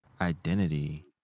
identity